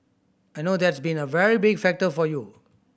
I know that's been a very big factor for you